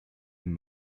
him